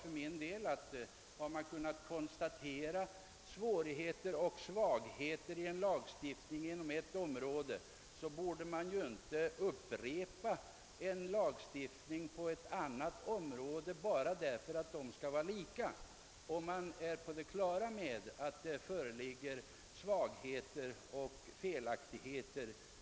Om man har kunnat konstatera att en viss lagstiftning medför svårigheter och olägenheter inom ett område bör den inte upprepas på ett annat område bara för att likformighet skall uppnås.